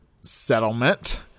settlement